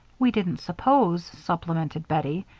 we didn't suppose, supplemented bettie,